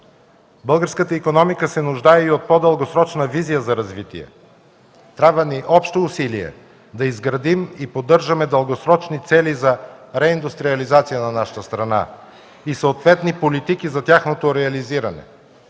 Българската икономика се нуждае и от по-дългосрочна визия за развитие. Трябват ни общи усилия да изградим и поддържаме дългосрочни цели за реиндустриализация на нашата страна и съответни политики за тяхното реализиране